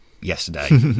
yesterday